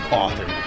author